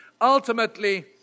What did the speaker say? ultimately